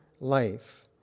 life